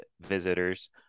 visitors